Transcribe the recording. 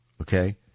Okay